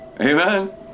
Amen